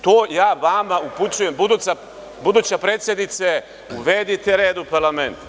To ja vama upućujem, buduća predsednice, uvedite red u parlament.